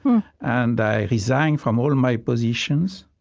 and i resigned from all my positions,